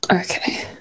Okay